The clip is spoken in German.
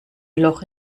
loch